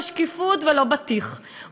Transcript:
לא שקיפות ולא בטיח,